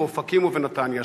באופקים ובנתניה.